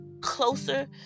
closer